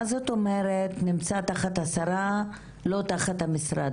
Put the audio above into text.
מה זאת אומרת נמצא תחת השרה ולא תחת המשרד?